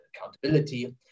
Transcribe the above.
accountability